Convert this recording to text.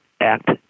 act